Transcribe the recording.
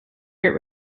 get